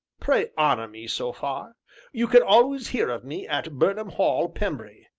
pray honor me so far you can always hear of me at burnham hall, pembry.